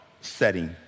setting